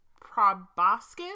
proboscis